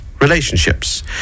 relationships